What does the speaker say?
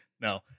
No